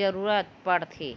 जरूरत परथे